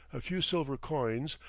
a few silver coins,